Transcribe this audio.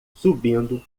subindo